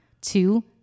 Two